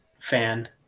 fan